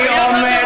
אני עומד,